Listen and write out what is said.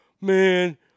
Man